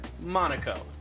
Monaco